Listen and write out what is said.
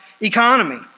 economy